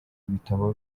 ibitabo